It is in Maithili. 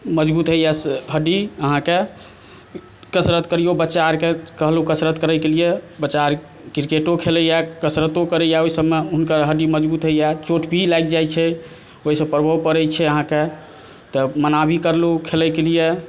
मजबुत होइए हड्डी अहाँकेँ कसरत करिऔ बच्चा आरके कहलहुँ कसरत करैके लिए बच्चा आर क्रिकेटो खेलैए कसरतो करैए ओहि सभमे हुनकर हड्डी मजबुत होइए चोट भी लागि जाइ छै ओहिसँ प्रभाव पड़ै छै अहाँकेँ तऽ मना भी करलहुँ खेलैके लिए